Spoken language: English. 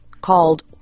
called